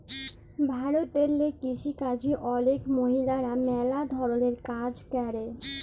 ভারতেল্লে কিসিকাজে অলেক মহিলারা ম্যালা ধরলের কাজ ক্যরে